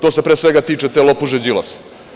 To se, pre svega, tiče te lopuže Đilasa.